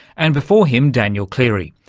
and before him daniel clery,